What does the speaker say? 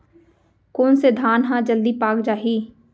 कोन से धान ह जलदी पाक जाही?